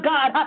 God